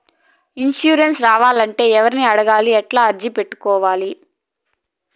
Insurance రావాలంటే ఎవర్ని అడగాలి? ఎట్లా అర్జీ పెట్టుకోవాలి?